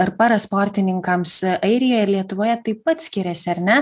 ar parasportininkams airijoje ir lietuvoje taip pat skiriasi ar ne